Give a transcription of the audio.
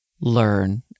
learn